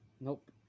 Nope